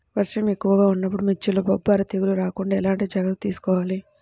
వర్షం ఎక్కువగా ఉన్నప్పుడు మిర్చిలో బొబ్బర తెగులు రాకుండా ఎలాంటి జాగ్రత్తలు తీసుకోవాలి?